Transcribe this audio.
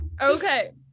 Okay